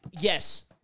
Yes